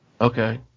Okay